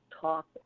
Talk